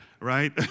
Right